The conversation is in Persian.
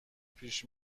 پیش